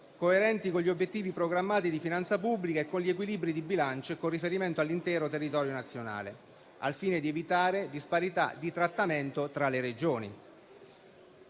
coerenti con gli obiettivi programmatici di finanza pubblica e con gli equilibri di bilancio, con riferimento all'intero territorio nazionale, al fine di evitare disparità di trattamento tra le Regioni.